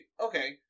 okay